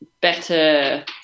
better